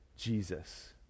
Jesus